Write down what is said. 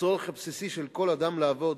הצורך הבסיסי של כל אדם לעבוד